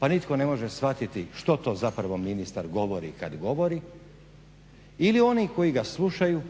pa nitko ne može shvatiti što to zapravo ministar govori kada govori ili oni koji ga slušaju